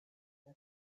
you